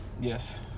Yes